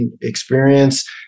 experience